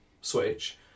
Switch